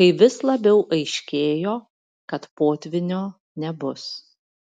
kai vis labiau aiškėjo kad potvynio nebus